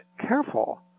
careful